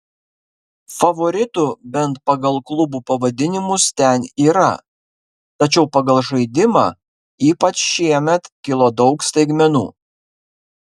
favoritų bent pagal klubų pavadinimus ten yra tačiau pagal žaidimą ypač šiemet kilo daug staigmenų